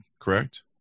correct